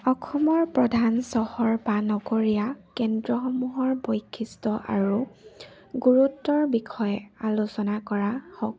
অসমৰ প্ৰধান চহৰ বা নগৰীয়া কেন্দ্ৰসমূহৰ বৈশিষ্ট্য আৰু গুৰুত্বৰ বিষয়ে আলোচনা কৰা হওক